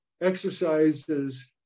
exercises